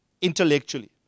intellectually